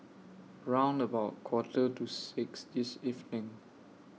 round about A Quarter to six This evening